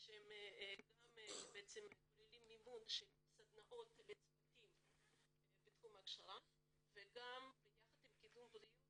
שכוללים מימון סדנאות לצוותים בתחום הכשרה וגם ביחד עם קידום בריאות